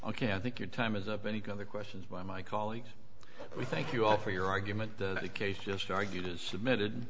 ok i think your time is up any other questions by my colleagues we thank you all for your argument that a case just argued is submitted